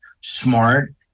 smart